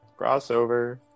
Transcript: Crossover